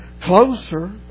closer